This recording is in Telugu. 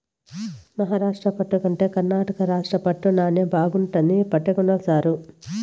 మహారాష్ట్ర పట్టు కంటే కర్ణాటక రాష్ట్ర పట్టు నాణ్ణెం బాగుండాదని పంటే కొన్ల సారూ